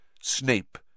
Snape